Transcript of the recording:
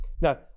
Now